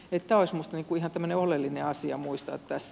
tämä olisi minusta ihan tämmöinen oleellinen asia muistaa tässä